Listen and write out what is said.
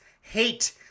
hate